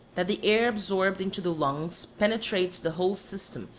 that the air absorbed into the lungs penetrates the whole system,